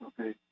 Okay